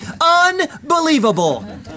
Unbelievable